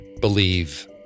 Believe